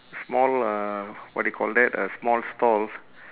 small uh what do you call that a small stall